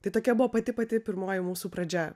tai tokia buvo pati pati pirmoji mūsų pradžia